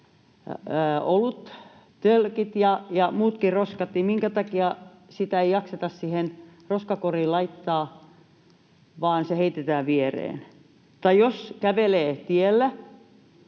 oluttölkit ja muutkin roskat, niin minkä takia niitä ei jakseta siihen roskakoriin laittaa vaan heitetään viereen. Tai jos kävelee tiellä,